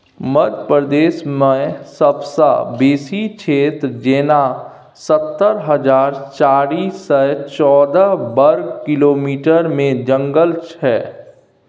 मध्य प्रदेशमे सबसँ बेसी क्षेत्र जेना सतहत्तर हजार चारि सय चौदह बर्ग किलोमीटरमे जंगल छै